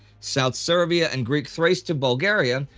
south serbia and greek thrace to bulgaria,